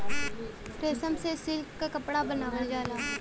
रेशम से सिल्क के कपड़ा बनावल जाला